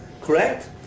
correct